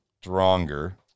stronger